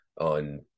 on